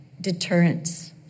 deterrence